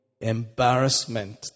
embarrassment